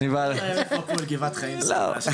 לא,